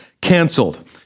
canceled